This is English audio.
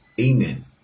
Amen